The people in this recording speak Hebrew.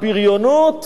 הבריונות